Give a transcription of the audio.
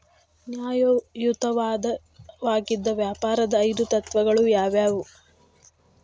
ನ್ಯಾಯಯುತವಾಗಿದ್ ವ್ಯಾಪಾರದ್ ಐದು ತತ್ವಗಳು ಯಾವ್ಯಾವು?